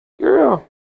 girl